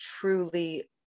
truly